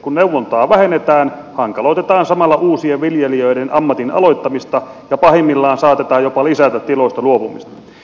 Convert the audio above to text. kun neuvontaa vähennetään hankaloitetaan samalla uusien viljelijöiden ammatin aloittamista ja pahimmillaan saatetaan jopa lisätä tiloista luopumista